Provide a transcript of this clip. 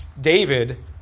David